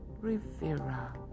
Rivera